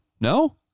no